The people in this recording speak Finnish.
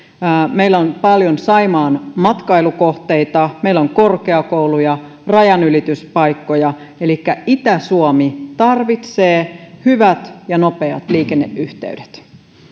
meillä on paljon saimaan matkailukohteita meillä on korkeakouluja rajanylityspaikkoja elikkä itä suomi tarvitsee hyvät ja nopeat liikenneyhteydet